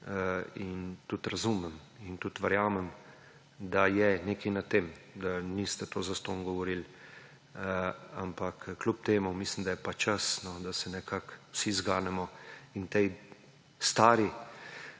spoštujem, razumem in tudi verjamem, da je nekaj na tem, da niste tega zastonj govorili. Vendar kljub temu mislim, da je čas, da se nekako vsi zganemo in tej stari,